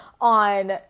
on